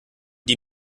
die